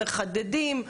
מחדדים,